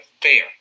fair